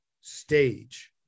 stage